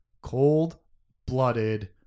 cold-blooded